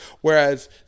Whereas